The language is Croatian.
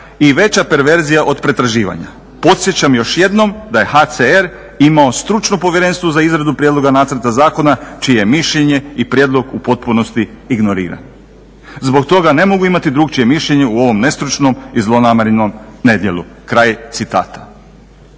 i veća perverzija od pretraživanja. Podsjećam još jednom da je HCR ima stručno povjerenstvo za izradu prijedloga nacrta zakona čije mišljenje i prijedlog u potpunosti ignorira. Zbog toga ne mogu imati drukčije mišljenje u ovom nestručnom i zlonamjernom nedjelu." Osim toga,